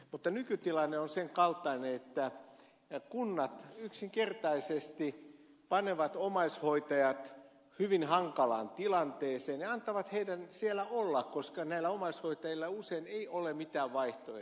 mutta nykytilanne on sen kaltainen että kunnat yksinkertaisesti panevat omaishoitajat hyvin hankalaan tilanteeseen ja antavat heidän siellä olla koska näillä omaishoitajilla usein ei ole mitään vaihtoehtoa